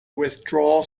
withdraw